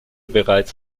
bereits